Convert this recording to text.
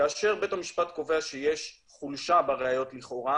כאשר בית המשפט קובע שיש חולשה בראיות לכאורה